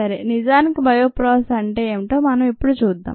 సరే నిజానికి bio process అంటే ఏమిటో మనం ఇప్పుడు చూద్దాం